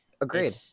Agreed